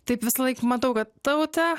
taip visąlaik matau kad taute